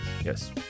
yes